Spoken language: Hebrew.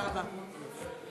תודה רבה.